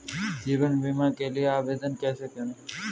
जीवन बीमा के लिए आवेदन कैसे करें?